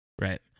Right